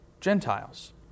Gentiles